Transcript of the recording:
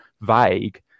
vague